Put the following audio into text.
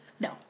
No